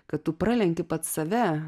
kad tu pralenkei pats save